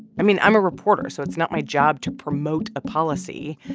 i mean, i'm a reporter, so it's not my job to promote a policy.